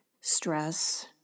stress